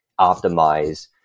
optimize